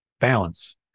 balance